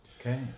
Okay